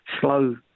slow